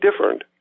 different